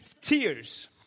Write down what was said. tears